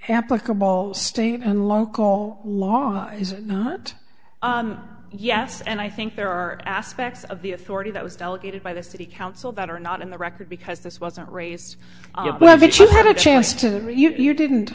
applicable state and local law is not yes and i think there are aspects of the authority that was delegated by the city council that are not in the record because this wasn't raised that you had a chance to you didn't